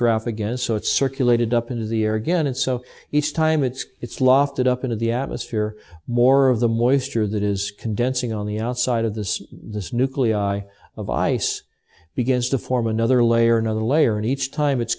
half again so it's circulated up into the air again and so each time it's it's lofted up into the atmosphere more of the moisture that is condensing on the outside of this this nuclei of ice begins to form another layer another layer and each time it's